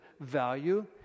value